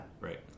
right